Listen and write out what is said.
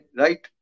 right